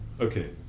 Okay